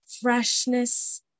freshness